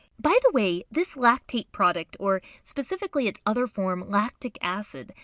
by the way, this lactate product or specifically its other form lactic acid,